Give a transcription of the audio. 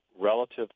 relative